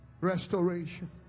Restoration